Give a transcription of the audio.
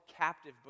captive